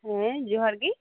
ᱦᱮᱸ ᱡᱚᱦᱟᱨᱜᱤ